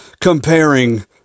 comparing